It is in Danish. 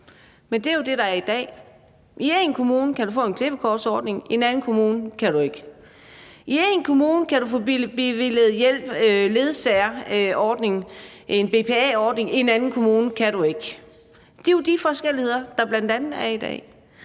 Men det er jo sådan, det er i dag. I én kommune kan du få en klippekortsordning, i en anden kommune kan du ikke, i én kommune kan du få bevilget hjælp til ledsagerordningen, en BPA-ordning, i en anden kommune kan du ikke. Det er jo de forskelligheder, der bl.a. er i dag.